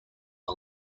are